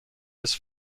his